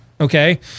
okay